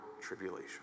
tribulation